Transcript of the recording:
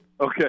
Okay